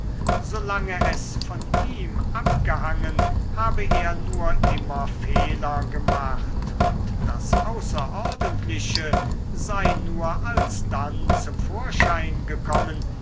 lange es von ihm abgehangen habe er nur immer fehler gemacht und das außerordentliche sei nur alsdann zum vorschein gekommen